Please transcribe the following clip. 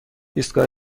ایستگاه